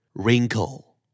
Wrinkle